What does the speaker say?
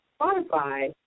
Spotify